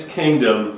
kingdom